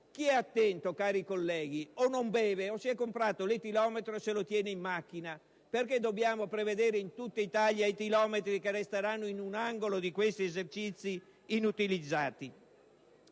Chi è attento, cari colleghi, o non beve o si è comprato l'etilometro e lo tiene in macchina. Perché dobbiamo prevedere in tutta Italia etilometri che resteranno in un angolo di questi esercizi, inutilizzati?